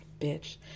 Bitch